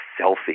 selfie